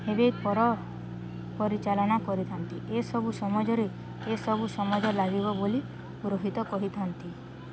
ହେବେ ପର ପରିଚାଳନା କରିଥାନ୍ତି ଏସବୁ ସମାଜରେ ଏସବୁ ସମାଜ ଲାଗିବ ବୋଲି ଗୃହିତ କହିଥାନ୍ତି